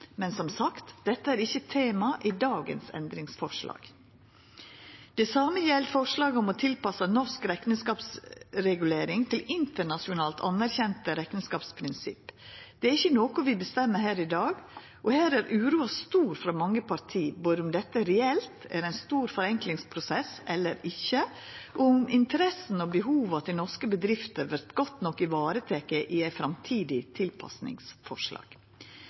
Men som sagt, dette er ikkje tema i dagens endringsforslag. Det same gjeld forslag om å tilpassa norsk rekneskapsregulering til internasjonalt anerkjende rekneskapsprinsipp. Det er ikkje noko vi bestemmer her i dag, og her er uroa stor frå mange parti, både om dette reelt er ein stor forenklingsprosess eller ikkje, og om interessene og behova til norske bedrifter vert godt nok varetekne i eit framtidig tilpassingsforslag.